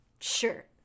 sure